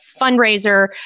fundraiser